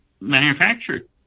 manufactured